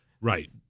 Right